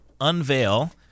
unveil